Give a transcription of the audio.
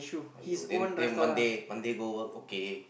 !aiyo! then then Monday Monday go work okay